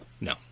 No